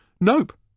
Nope